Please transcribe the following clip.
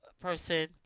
person